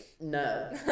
no